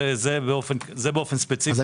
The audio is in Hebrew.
האם